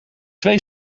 twee